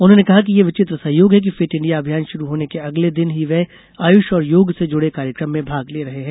उन्होंने कहा कि यह विचित्र संयोग है कि फिट इंडिया अभियान शुरू होने के अगले दिन ही वे आयुष और योग से जुड़े कार्यक्रम में भाग ले रहे हैं